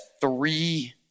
three